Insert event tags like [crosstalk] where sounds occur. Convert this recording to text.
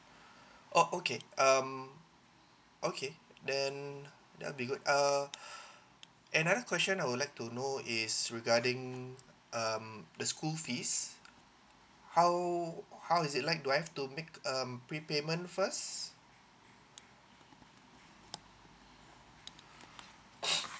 oh okay um okay then that will be good err another question I would like to know is regarding um the school fees how how is it like do I have to make um pre payment first [noise]